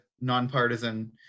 nonpartisan